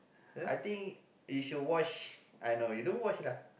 I think you should watch you don't watch lah